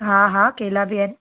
हा हा केला बि आहिनि